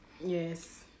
Yes